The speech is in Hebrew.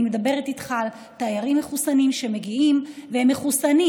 אני מדברת איתך על תיירים מחוסנים שמגיעים והם מחוסנים.